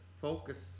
focus